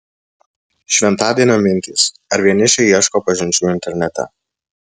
šventadienio mintys ar vienišiai ieško pažinčių internete